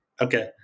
Okay